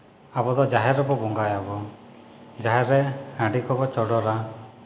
ᱟᱵᱚ ᱫᱚ ᱡᱟᱦᱮᱨ ᱨᱮᱵᱚ ᱵᱚᱸᱜᱟᱭᱟᱵᱚ ᱡᱟᱦᱮᱨ ᱨᱮ ᱦᱟᱺᱰᱤ ᱠᱚᱠᱚ ᱪᱚᱰᱚᱨᱟ